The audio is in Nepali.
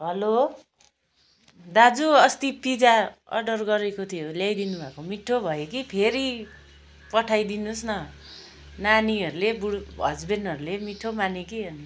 हेलो दाजु अस्ति पिज्जा अर्डर गरेको थियो ल्याइदिनु भएको मिठो भयो कि फेरि पठाइदिनुहोस् न नानीहरूले बुरू हसबेन्डहरूले मिठो मान्यो कि अनि